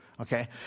Okay